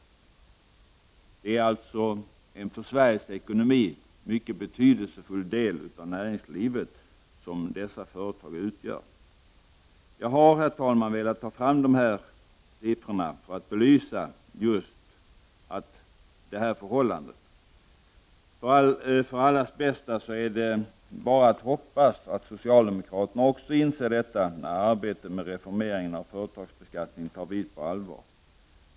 Dessa företag utgör alltså en för Sveriges ekonomi mycket betydelsefull del av näringslivet. Herr talman! Jag har velat ta fram dessa siffror för att belysa just detta förhållande. För allas bästa är det bara att hoppas att även socialdemokraterna inser detta när arbetet med reformeringen av företagsbeskattningen tar vid på allvar.